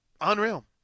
Unreal